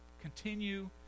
continue